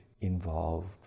involved